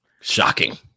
Shocking